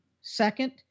Second